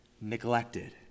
neglected